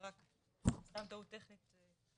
זו רק טעות טכנית.